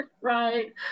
Right